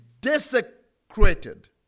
desecrated